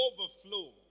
overflow